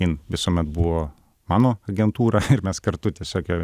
jin visuomet buvo mano agentūra ir mes kartu tiesiog joj